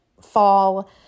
fall